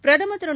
பிரதமர் திரு